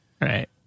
Right